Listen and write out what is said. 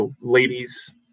ladies